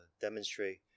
demonstrate